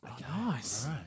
Nice